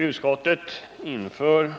Utskottet anför